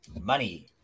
Money